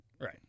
Right